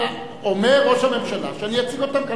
אומר ראש הממשלה: "שאני אציג אותן כאן".